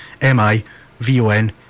M-I-V-O-N